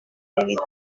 vérité